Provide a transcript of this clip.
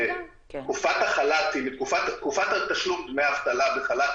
תקופת תשלום דמי אבטלה בחל"ת